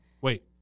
Wait